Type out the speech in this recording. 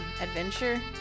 adventure